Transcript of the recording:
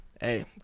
hey